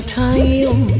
time